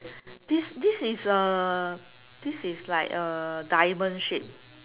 this this is uh this is like uh diamond shape